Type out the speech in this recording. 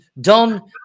Don